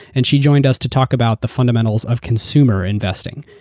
and she joined us to talk about the fundamentals of consumer investing.